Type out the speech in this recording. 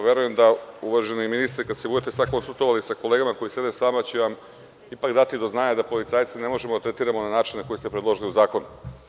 Verujem, uvaženi ministre, kada se sada budete konsultovali sa kolegama koji sede sa vama će vam ipak dati do znanja da policajce ne možemo da tretiramo na način koji ste predložili u zakonu.